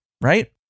right